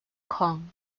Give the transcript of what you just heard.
kong